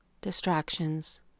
distractions